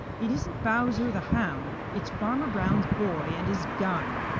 it isn't bowser the hound it's farmer brown's boy and his gun!